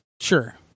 Sure